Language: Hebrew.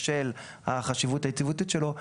בשל החשיבות היציבותית שלו,